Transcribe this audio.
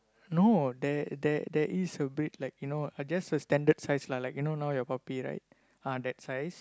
no there there there is a breed like you know uh just a standard size lah like you know now your puppy right ah that size